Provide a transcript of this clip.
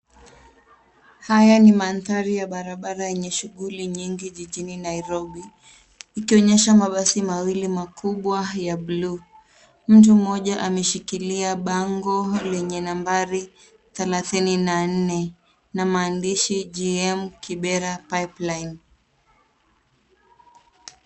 Haya ni mandhari ya barabara yenye shughuli nyingi jijini Nairobi ikionyesha mabasi mawili makubwa ya bluu. Mtu mmoja ameshikilia bango lenye nambari thelathini na nne na maandishi gm, kibera, pipeline.